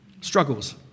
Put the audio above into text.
struggles